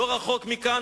לא רחוק מכאן,